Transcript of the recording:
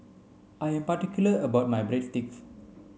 I am particular about my Breadsticks